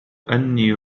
أني